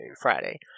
Friday